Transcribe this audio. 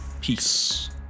peace